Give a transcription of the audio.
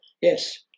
yes